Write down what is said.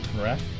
correct